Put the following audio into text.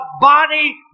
body